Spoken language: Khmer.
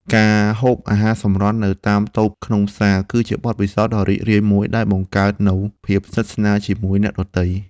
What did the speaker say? ការហូបអាហារសម្រន់នៅតាមតូបក្នុងផ្សារគឺជាបទពិសោធន៍ដ៏រីករាយមួយដែលបង្កើតនូវភាពស្និទ្ធស្នាលជាមួយអ្នកដទៃ។